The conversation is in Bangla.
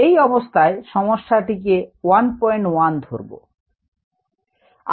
এই অবস্থায় সমস্যা টিকে 11 ধরব